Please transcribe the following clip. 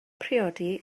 priodi